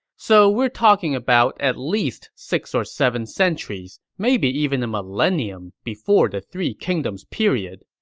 so we're talking about at least six or seven centuries, maybe even a millennium, before the three kingdoms period.